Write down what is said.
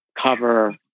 cover